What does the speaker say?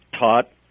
taught